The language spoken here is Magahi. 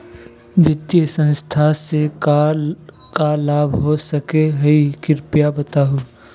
वित्तीय संस्था से का का लाभ हो सके हई कृपया बताहू?